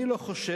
אני לא חושב,